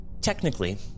technically